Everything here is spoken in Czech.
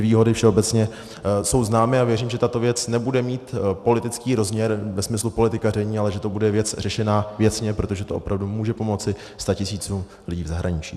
Výhody jsou všeobecně známy a věřím, že tato věc nebude mít politický rozměr ve smyslu politikaření, ale že to bude věc řešená věcně, protože to opravdu může pomoci statisícům lidí v zahraničí.